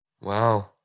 Wow